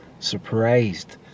surprised